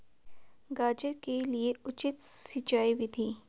गाजर के लिए उचित सिंचाई विधि?